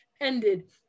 ended